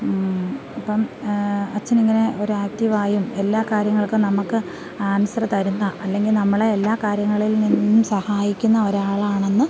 ഇപ്പം അച്ഛനിങ്ങനെ ഒരു ആക്ടീവായും എല്ലാ കാര്യങ്ങൾക്കും നമുക്ക് ആൻസറ് തരുന്ന അല്ലെങ്കിൽ നമ്മളെ എല്ലാ കാര്യങ്ങളിൽ നിന്നും സഹായിക്കുന്ന ഒരാളാണെന്ന്